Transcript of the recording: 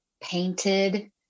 painted